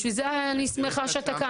בשביל זה אני שמחה שאתה כאן.